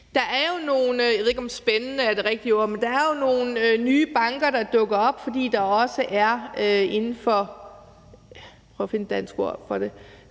Der er jo nogle, jeg ved ikke, om »spændende« er det rigtige ord at bruge, nye banker, der dukker op, fordi der også inden for – jeg prøver at finde et dansk ord for det